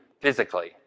physically